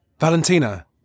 Valentina